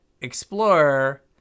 explorer